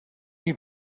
you